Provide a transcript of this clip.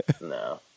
no